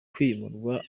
kwimurwa